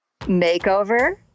Makeover